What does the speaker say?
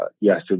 yes